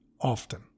often